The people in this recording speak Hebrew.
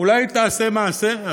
אולי תעשה מעשה?